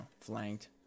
flanked